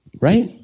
right